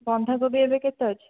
ବନ୍ଧାକୋବି ଏବେ କେତେ ଅଛି